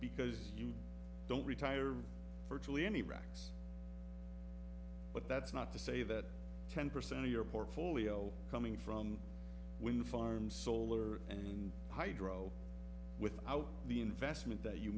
because you don't retire virtually any racks but that's not to say that ten percent of your portfolio coming from wind farms solar and hydro without the investment that you